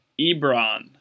Ebron